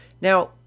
Now